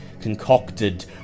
concocted